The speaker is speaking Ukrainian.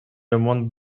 ремонт